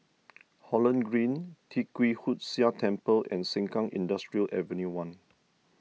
Holland Green Tee Kwee Hood Sia Temple and Sengkang Industrial Avenue one